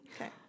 Okay